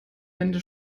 wände